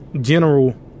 general